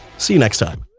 see you next time.